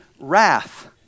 wrath